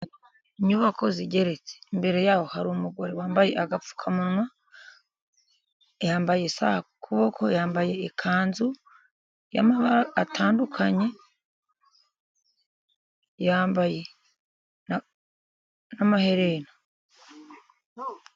Inyubako zigeretse imbere yaho hari umugore wambaye agapfukamunwa, yambaye isaha ku kuboko, yambaye ikanzu y'amabara atandukanye, yambaye n'amaherena.